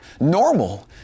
normal